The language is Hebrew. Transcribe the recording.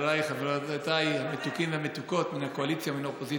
חבריי וחברותיי המתוקים והמתוקות מן הקואליציה ומן האופוזיציה,